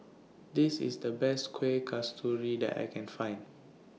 This IS The Best Kueh Kasturi that I Can Find